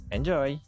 Enjoy